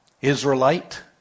Israelite